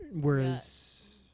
whereas